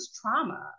trauma